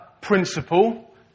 principle